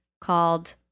called